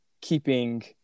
keeping